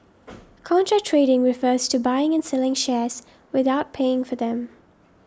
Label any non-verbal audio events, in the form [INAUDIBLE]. [NOISE] contra trading refers to buying and selling shares without paying for them